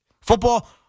Football